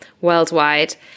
worldwide